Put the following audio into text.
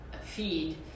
feed